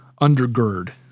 undergird